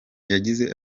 yagize